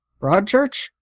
Broadchurch